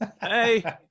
Hey